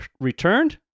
returned